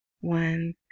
one